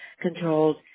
controlled